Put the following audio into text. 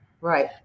Right